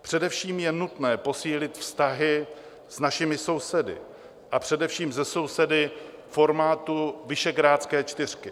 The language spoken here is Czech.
Především je nutné posílit vztahy s našimi sousedy, a především se sousedy formátu Visegrádské čtyřky.